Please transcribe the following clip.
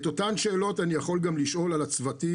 את אותן שאלות אני יכול גם לשאול על הצוותים,